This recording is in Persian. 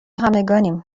همگانیم